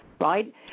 right